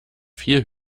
viel